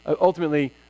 Ultimately